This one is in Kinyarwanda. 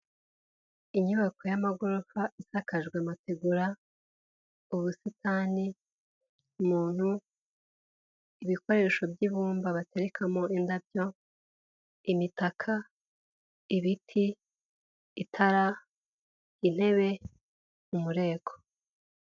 Inyubako y'amagorofa isakajwe amategura, ubusitani, umuntu, ibikoresho by'ibumba baterekamo indabyo, imitaka, ibiti, itara, intebe, umureko.